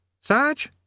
Sarge